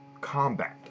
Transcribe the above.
combat